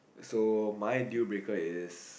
so my dealbreaker is